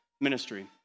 ministry